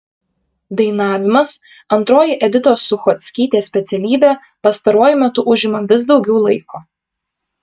dainavimas antroji editos suchockytės specialybė pastaruoju metu užima vis daugiau laiko